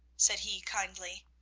said he kindly,